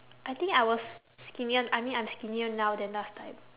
I think I was skinnier I mean I'm skinnier now than last time